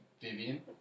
Vivian